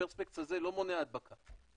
הפרספקס הזה לא מונע הדבקה,